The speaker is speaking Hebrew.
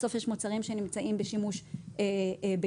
בסוף יש מוצרים שנמצאים בשימוש ביתי,